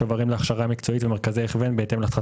שוברים להכשרה מקצועית ומרכזי הכוון בהתאם להחלטת